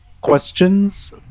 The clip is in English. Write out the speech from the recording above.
questions